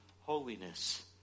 holiness